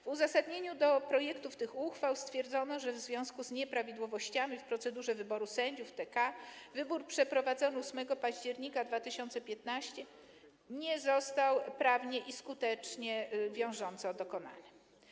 W uzasadnieniu projektów tych uchwał stwierdzono, że w związku z nieprawidłowościami w procedurze wyboru sędziów TK wybór przeprowadzony 8 października 2015 r. nie został prawnie skutecznie i wiążąco dokonany.